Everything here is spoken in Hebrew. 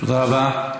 תודה רבה.